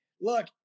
Look